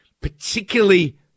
particularly